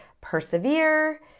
persevere